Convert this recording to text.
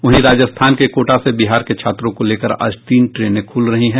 वहीं राजस्थान के कोटा से बिहार के छात्रों को लेकर आज तीन ट्रेनें खुल रही हैं